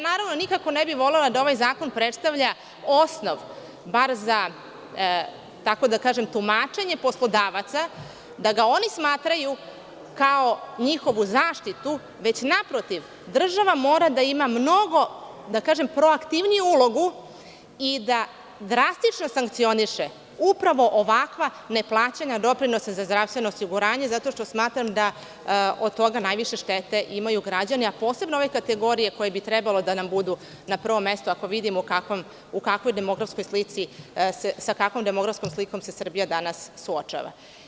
Naravno, nikako ne bih volela da ovaj zakon predstavlja osnov bar, kako da kažem, tumačenje poslodavaca, da ga oni smatraju kao njihovu zaštitu, već naprotiv država mora da ima mnogo proaktivniju ulogu i da drastično sankcioniše upravo ovakva ne plaćanja doprinosa za zdravstveno osiguranje zato što smatram da od toga najviše štete imaju građani, a posebno ove kategorije koje bi trebalo da nam budu na prvom mestu ako vidimo sa kakvom demografskom slikom se Srbija danas suočava.